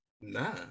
Nah